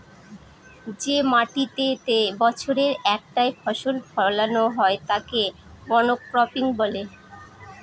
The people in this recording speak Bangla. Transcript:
যে মাটিতেতে বছরে একটাই ফসল ফোলানো হয় তাকে মনোক্রপিং বলে